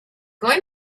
going